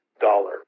dollar